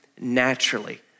naturally